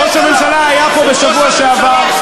ראש הממשלה היה פה בשבוע שעבר.